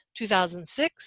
2006